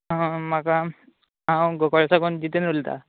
आं म्हाका हांव गोकर्ण साकून जितेंद्र उलयतां